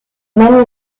many